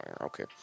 okay